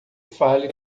fale